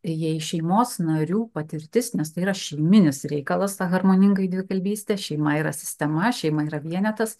jei šeimos narių patirtis nes tai yra šeiminis reikalas ta harmoninga dvikalbystė šeima yra sistema šeima yra vienetas